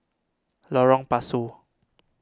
Lorong Pasu